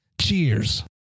Cheers